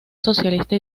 socialista